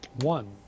one